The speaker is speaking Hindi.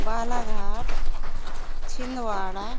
बालाघाट छिंदवाड़ा